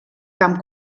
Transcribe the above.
camp